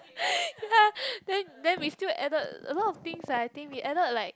ya then then we still added a lot of things lah I think we added like